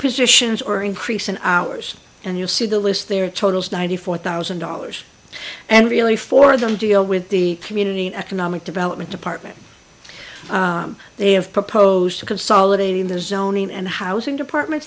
positions or increase in hours and you see the list there totals ninety four thousand dollars and really for them deal with the community economic development department they have proposed consolidating the zoning and housing department